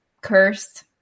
cursed